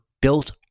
built